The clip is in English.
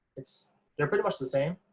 it's they're pretty much the same,